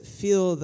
feel